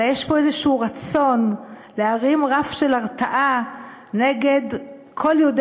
יש פה איזה רצון להרים רף של הרתעה נגד כל יהודי